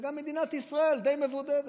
וגם מדינת ישראל די מבודדת.